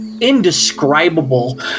indescribable